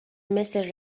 مثل